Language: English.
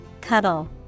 cuddle